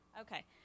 Okay